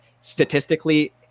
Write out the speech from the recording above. statistically